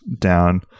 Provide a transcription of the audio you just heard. down